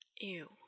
Ew